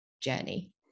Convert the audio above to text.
journey